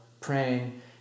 praying